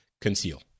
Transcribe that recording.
conceal